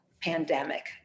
pandemic